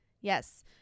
Yes